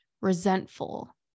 resentful